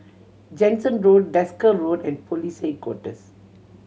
Jansen Road Desker Road and Police Headquarters